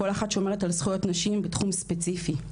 כל אחת שומרת על זכויות נשים בתחום ספציפי.